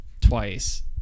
Twice